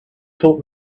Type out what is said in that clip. told